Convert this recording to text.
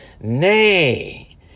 Nay